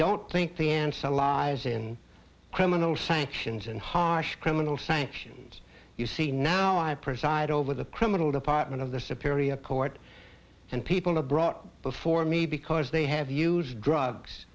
don't think the answer lies in criminal sanctions and harsh criminal sanctions you see now i preside over the criminal department of their superior court and people are brought before me because they have used drugs